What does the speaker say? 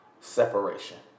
separation